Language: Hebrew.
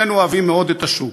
שנינו אוהבים מאוד את השוק.